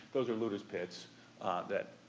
those are looter's pits that